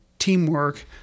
Teamwork